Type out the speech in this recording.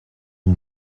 mon